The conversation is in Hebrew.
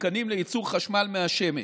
מתקנים לייצור חשמל מהשמש.